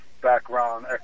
Background